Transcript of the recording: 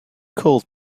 called